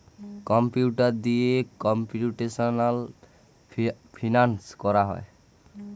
computer দিয়ে computational finance করা হয়